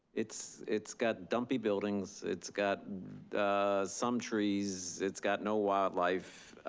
it's it's got dumpy buildings, it's got some trees. it's got no wildlife,